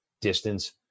distance